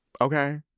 Okay